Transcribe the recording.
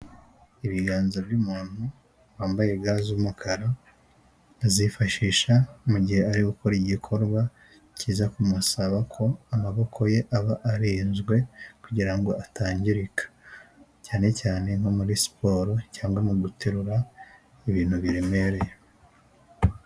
Ibiganza by'umuntu wambaye ga z'umukara azifashisha mu gihe ari gukora igikorwa kiza kumusaba ko amaboko ye aba arenzwe kugira ngo atangirika cyane cyane nko muri siporo cyangwa mu guterura ibintu biremereye.